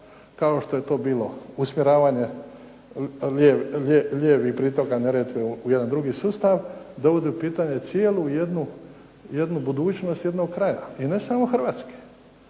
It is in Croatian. kao što je to bilo usmjeravanje lijevih pritoka Neretve u jedan drugi sustav dovodi u pitanje cijelu jednu, jednu budućnost jednog kraja. I ne samo Hrvatske